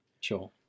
Sure